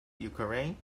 ukraine